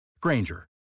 Granger